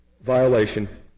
violation